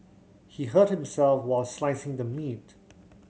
he hurt himself while slicing the meat